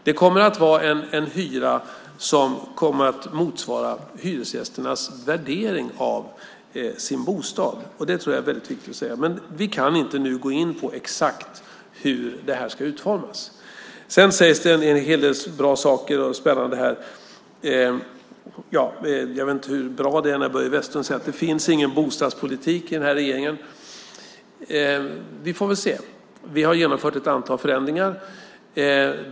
Det kommer att vara en hyra som kommer att motsvara hyresgästernas värdering av sin bostad, och det tror jag är väldigt viktigt att säga. Men vi kan inte nu gå in på hur det här exakt ska utformas. Sedan sägs det en hel del bra och spännande saker. Jag vet inte hur bra det är när Börje Vestlund säger att det inte finns någon bostadspolitik hos den här regeringen. Vi får väl se. Vi har genomfört ett antal förändringar.